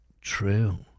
true